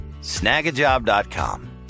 snagajob.com